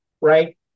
right